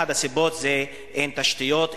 אחת הסיבות זה שאין תשתיות,